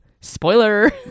spoiler